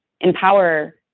empower